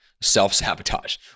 self-sabotage